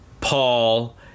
Paul